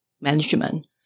management